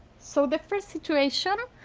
so the first situation